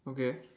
okay